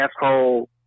asshole